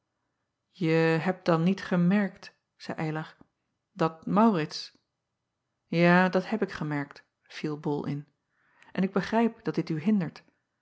e hebt dan niet gemerkt zeî ylar dat aurits a dat heb ik gemerkt viel ol in en ik begrijp dat dit u hindert